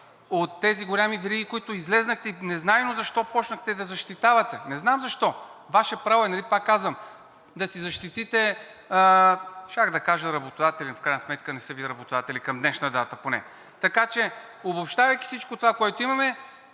от тези големи вериги, които излязохте и незнайно защо започнахте да защитавате?! Не знам защо? Ваше право е, пак казвам, да си защитите, щях да кажа работодателите, в крайна сметка не са Ви работодатели, към днешна дата поне. Така че, обобщавайки всичко това, което имаме